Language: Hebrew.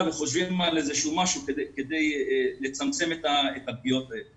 וחושבים על איזשהו משהו כדי לצמצם את הפגיעות האלה.